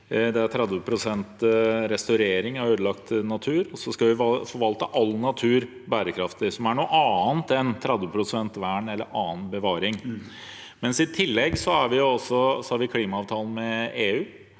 – og 30 pst. restaurering av ødelagt natur, og så skal vi forvalte all natur bærekraftig, som er noe annet enn 30 pst. vern eller annen bevaring. I tillegg har vi klimaavtalen med EU,